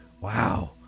wow